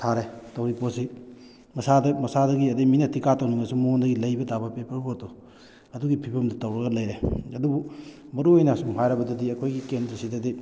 ꯊꯥꯔꯦ ꯇꯧꯔꯤ ꯄꯣꯠꯁꯤ ꯃꯁꯥꯗ ꯃꯁꯥꯗꯒꯤ ꯑꯗꯩ ꯃꯤꯅ ꯊꯤꯀꯥ ꯇꯧꯅꯤꯡꯉꯁꯨ ꯃꯉꯣꯟꯗꯒꯤ ꯂꯩꯕ ꯇꯥꯕ ꯄꯦꯄꯔ ꯕꯣꯠꯇꯣ ꯑꯗꯨꯒꯤ ꯐꯤꯕꯝꯗ ꯇꯧꯔꯒ ꯂꯩꯔꯦ ꯑꯗꯨꯕꯨ ꯃꯔꯨꯑꯣꯏꯅ ꯁꯨꯝ ꯍꯥꯏꯔꯕꯗꯗꯤ ꯑꯩꯈꯣꯏꯒꯤ ꯀꯦꯟꯗ꯭ꯔꯁꯤꯗꯗꯤ